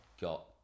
got